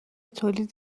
تولید